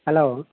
hello